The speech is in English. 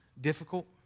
difficult